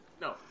No